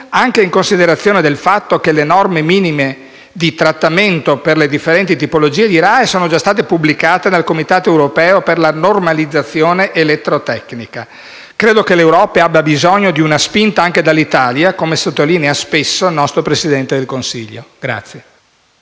anche in considerazione del fatto che le norme minime di trattamento per le differenti tipologie di RAEE sono già state pubblicate dal Comitato europeo di normalizzazione elettrotecnica. Credo che l'Europa abbia bisogno di una spinta anche dall'Italia, come sottolinea spesso il nostro Presidente del Consiglio.